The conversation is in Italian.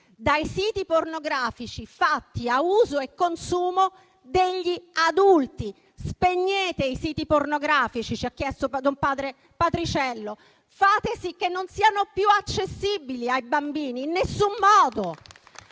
dai siti pornografici fatti a uso e consumo degli adulti. Spegnete i siti pornografici, ci ha chiesto don Patriciello, fate sì che non siano più accessibili ai bambini, in alcun modo.